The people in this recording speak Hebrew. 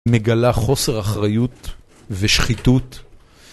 מגלה חוסר אחריות ושחיתות